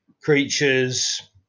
creatures